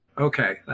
Okay